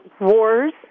wars